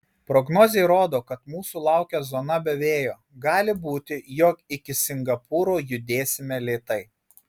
prognozė rodo kad mūsų laukia zona be vėjo gali būti jog iki singapūro judėsime lėtai